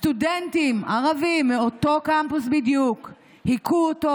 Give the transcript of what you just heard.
סטודנטים ערבים מאותו קמפוס בדיוק היכו אותו.